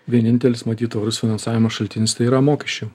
vienintelis matyt finansavimo šaltinis tai yra mokesčiai